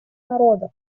народа